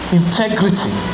integrity